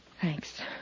Thanks